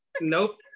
nope